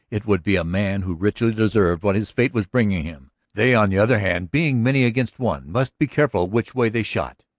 it would be a man who richly deserved what his fate was bringing him. they, on the other hand, being many against one, must be careful which way they shot.